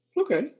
Okay